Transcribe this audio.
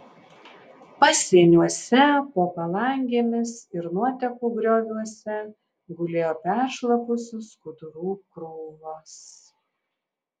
pasieniuose po palangėmis ir nuotekų grioviuose gulėjo peršlapusių skudurų krūvos